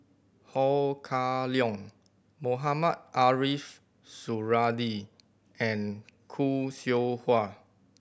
Ho Kah Leong Mohamed Ariff Suradi and Khoo Seow Hwa